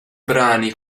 brani